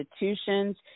institutions